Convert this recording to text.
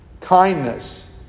kindness